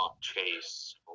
Chase